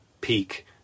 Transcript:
peak